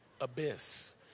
abyss